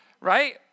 right